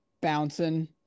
bouncing